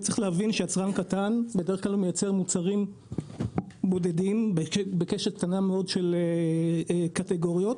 יצרן קטן מייצר מוצרים בודדים בקשת קטנה מאוד של קטגוריות